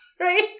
Right